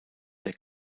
der